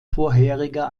vorheriger